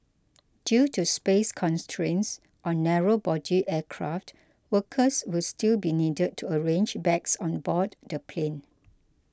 due to space constraints on narrow body aircraft workers will still be needed to arrange bags on board the plane